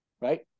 right